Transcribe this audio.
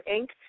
Inc